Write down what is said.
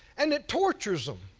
and it tortures them.